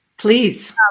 Please